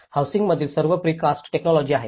हाऊसिंगमधील सर्व precast technology आहेत